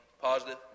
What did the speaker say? positive